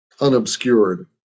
unobscured